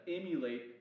emulate